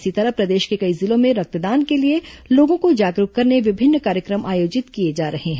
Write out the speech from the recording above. इसी तरह प्रदेश के कई जिलों में रक्तदान के लिए लोगों को जागरूक करने विभिन्न कार्य क्र म आयोजित किए जा रहे हैं